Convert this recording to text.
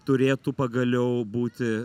turėtų pagaliau būti